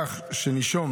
כך שנישום